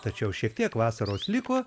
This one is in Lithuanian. tačiau šiek tiek vasaros liko